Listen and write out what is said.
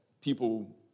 people